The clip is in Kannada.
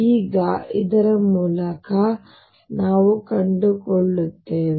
ಈಗ ಇದರ ಮೂಲಕ ನಾವು ಕಂಡುಕೊಳ್ಳುತ್ತೇವೆ